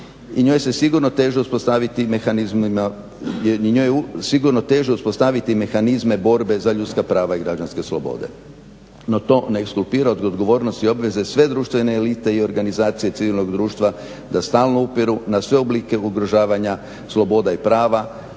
I njoj je sigurno teže uspostaviti mehanizme borbe za ljudska prava i građanske slobode. No to ne … od odgovornosti i obveze sve društvene elite i organizacije civilnog društva da stalno upiru na sve oblike ugrožavanja i sloboda i prava,